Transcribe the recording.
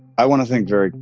i want to thank jerry.